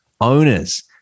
owners